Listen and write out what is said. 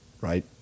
Right